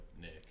Nick